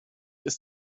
ist